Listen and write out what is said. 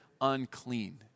unclean